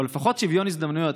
דעו לכם שמעבר לנושא הזה,